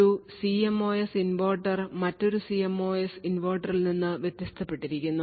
ഒരു CMOS inverter മറ്റൊരു CMOS ഇൻവെർട്ടറിൽ നിന്ന് വ്യത്യാസപ്പെട്ടിരിക്കുന്നു